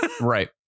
right